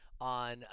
on